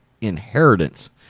Inheritance